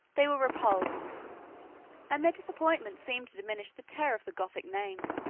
they were repulsed and their disappointment seemed to diminish the terror of the gothic name.